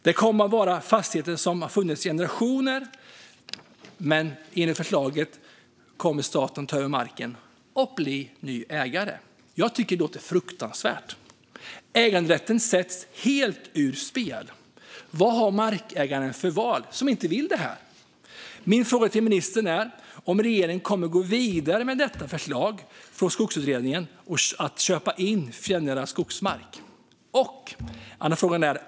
Det kan vara fastigheter som har funnits i generationer, men enligt förslaget kommer staten att ta över marken och bli ny ägare. Jag tycker att det låter fruktansvärt. Äganderätten sätts helt ur spel. Vad har den markägare som inte vill detta för val? Mina frågor till ministern är: Kommer regeringen att gå vidare med detta förslag från Skogsutredningen om att köpa in fjällnära skogsmark?